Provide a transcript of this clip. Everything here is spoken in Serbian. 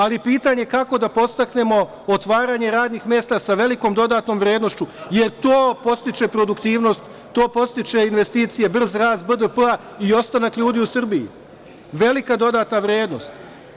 Ali je pitanje – kako da podstaknemo otvaranje radnih mesta sa velikom dodatnom vrednošću, jer to podstiče produktivnost, to podstiče investicije, brz rast BDP-a i ostanak ljudi u Srbiji, velika dodata vrednost.